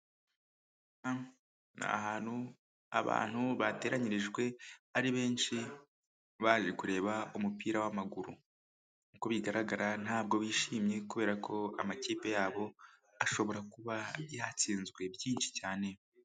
Ni ahantu abantu bateranyirijwe ari benshi baje kureba umupira w'amaguru. Nkuko bigaragara ntabwo bishimye kubera ko amakipe yabo ashobora kuba yatsinzwe byinshi cyane.